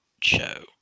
show